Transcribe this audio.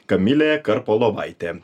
kamilė karpolovaitė